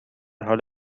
حال